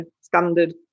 standard